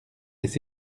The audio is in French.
les